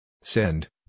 Send